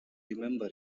remember